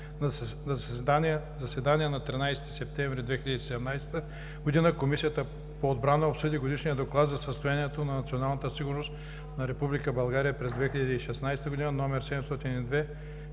На заседание на 13 септември 2017 г. Комисията по отбрана обсъди Годишния доклад за състоянието на националната сигурност на Република България през 2016